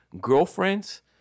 Girlfriends